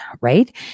Right